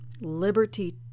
liberty